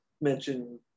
mention